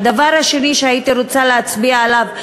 הדבר השני שהייתי רוצה להצביע עליו,